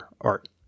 art